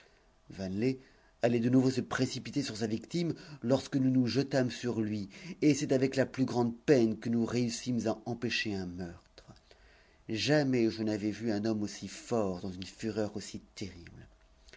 vanelet allait de nouveau se précipiter sur sa victime lorsque nous nous jetâmes sur lui et c'est avec la plus grande peine que nous réussîmes à empêcher un meurtre jamais je n'avais vu un homme aussi fort dans une fureur aussi terrible